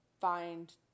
find